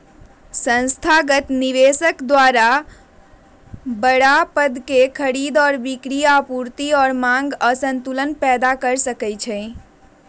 संस्थागत निवेशक द्वारा बडड़ा पद के खरीद और बिक्री आपूर्ति और मांग असंतुलन पैदा कर सका हई